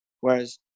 Whereas